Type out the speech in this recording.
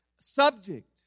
subject